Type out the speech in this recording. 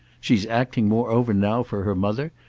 she's acting moreover now for her mother,